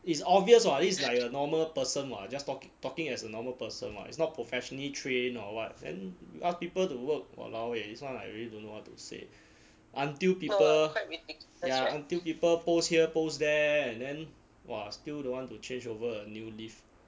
is obvious [what] this is like a normal person [what] just talki~ talking as a normal person [what] is not professionally trained or what then you ask people to work !walao! eh this one I really don't know what to say until people ya until people post here post there and then !wah! still don't want to change over a new leaf